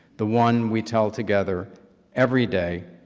the one we tell together everyday,